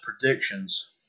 predictions